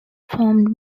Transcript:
formed